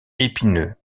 épineux